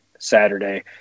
saturday